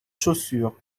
chaussures